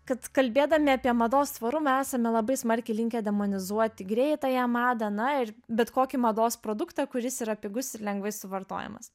kad kalbėdami apie mados tvarumą esame labai smarkiai linkę demonizuoti greitąją madą na ir bet kokį mados produktą kuris yra pigus ir lengvai suvartojamas